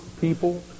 people